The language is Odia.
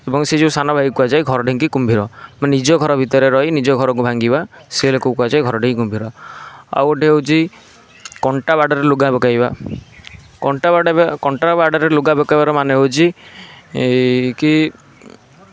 ଏବଂ ସେ ଯେଉଁ ସାନ ଭାଇକୁ କୁହାଯାଏ ଘର ଢିଙ୍କି କୁମ୍ଭୀର ନିଜ ଘର ଭିତରେ ରହି ନିଜ ଘରକୁ ଭାଙ୍ଗିବା ସେ ଲୋକକୁ କୁହାଯାଏ ଘର ଢିଙ୍କି କୁମ୍ଭୀର ଆଉ ଗୋଟିଏ ହେଉଛି କଣ୍ଟା ବାଡ଼ରେ ଲୁଗା ପକାଇବା କଣ୍ଟା ବାଡରେ କଣ୍ଟା ବାଡ଼ରେ ଲୁଗା ପକାଇବାର ମାନେ ହେଉଛି ଏଇ କି